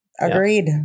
Agreed